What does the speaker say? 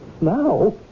Now